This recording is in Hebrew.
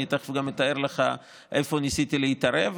אני גם אתאר לך איפה ניסיתי להתערב,